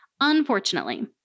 Unfortunately